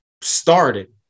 started